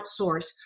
outsource